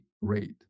rate